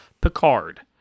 Picard